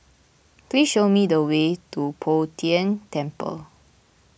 please show me the way to Bo Tien Temple